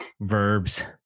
Verbs